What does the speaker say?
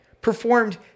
performed